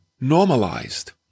normalized